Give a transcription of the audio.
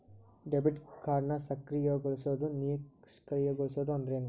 Debit ಕಾರ್ಡ್ನ ಸಕ್ರಿಯಗೊಳಿಸೋದು ನಿಷ್ಕ್ರಿಯಗೊಳಿಸೋದು ಅಂದ್ರೇನು?